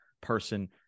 person